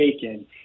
taken